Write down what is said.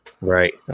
Right